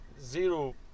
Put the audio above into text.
zero